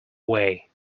way